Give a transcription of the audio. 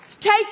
Take